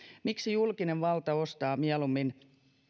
miksi julkinen valta ostaa mieluummin